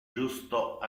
justo